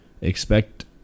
expect